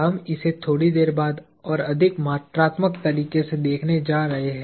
हम इसे थोड़ी देर बाद और अधिक मात्रात्मक तरीके से देखने जा रहे हैं